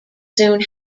soon